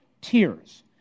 tears